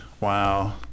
Wow